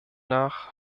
nach